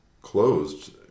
closed